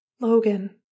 Logan